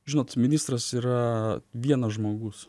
žinot ministras yra vienas žmogus